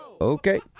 Okay